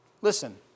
Listen